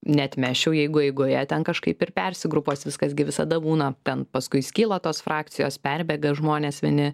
neatmesčiau jeigu eigoje ten kažkaip ir persigrupuos viskas gi visada būna ten paskui skyla tos frakcijos perbėga žmonės vieni